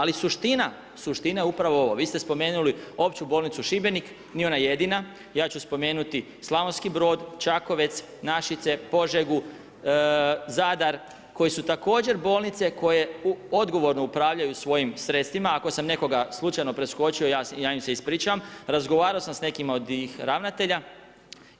Ali suština je upravo ovo. vi ste spomenuli Opću bolnicu Šibenik, nije ona jedina, ja ću spomenuti Slavonski Brod, Čakovec, Našice, Požegu, Zadar koje su također bolnice koje odgovorno upravljaju svojim sredstvima ako sam nekoga slučajno preskočio, ja im se ispričavam, razgovarao sam s nekima od ravnatelja,